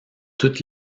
toutes